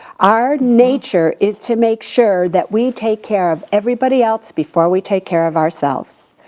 our nature is to make sure that we take care of everybody else before we take care of ourselves.